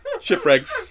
Shipwrecked